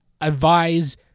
advise